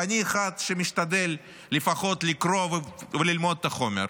ואני אחד שמשתדל לפחות לקרוא וללמוד את החומר,